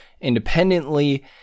independently